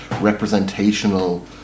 representational